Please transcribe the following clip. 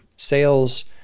sales